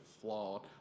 flawed